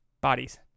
bodies